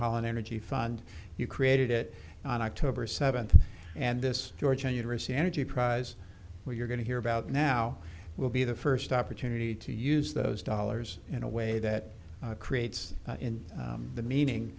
holland energy fund you created it on october seventh and this georgetown university energy prize where you're going to hear about now will be the first opportunity to use those dollars in a way that creates the meaning